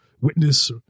witness